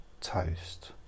toast